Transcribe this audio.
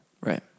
Right